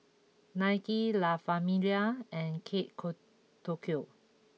Nike La Famiglia and Kate Co Tokyo